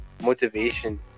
motivation